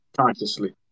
Consciously